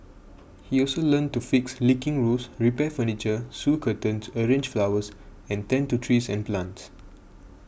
he also learnt to fix leaking roofs repair furniture sew curtains arrange flowers and tend to trees and plants